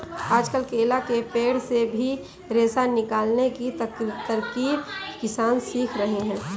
आजकल केला के पेड़ से भी रेशा निकालने की तरकीब किसान सीख रहे हैं